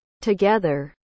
together